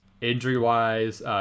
Injury-wise